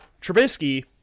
Trubisky